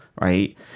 right